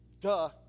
Duh